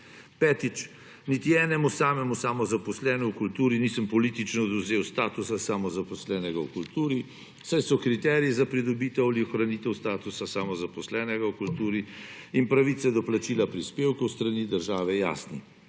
Petič. Niti enemu samemu samozaposlenemu v kulturi nisem politično odvzel statusa samozaposlenega v kulturi, saj so kriteriji za pridobitev ali ohranitev statusa samozaposlenega v kulturi in pravice do plačila prispevkov s strani države jasni.